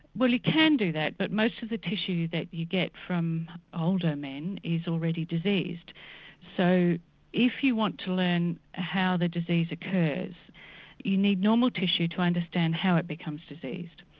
well you can do but most of the tissue that you get from older men is already diseased so if you want to learn how the disease occurs you need normal tissue to understand how it becomes diseased.